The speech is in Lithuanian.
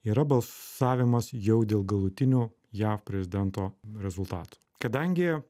yra balsavimas jau dėl galutinių jav prezidento rezultatų kadangi